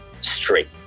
straight